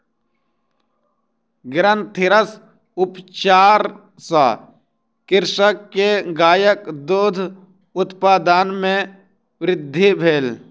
ग्रंथिरस उपचार सॅ कृषक के गायक दूध उत्पादन मे वृद्धि भेल